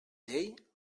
llei